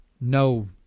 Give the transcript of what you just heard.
no